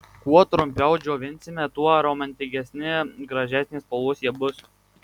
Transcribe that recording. kuo trumpiau džiovinsime tuo aromatingesni gražesnės spalvos jie bus